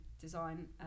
design